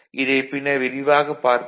இதை பின்னர் விரிவாகப் பார்ப்போம்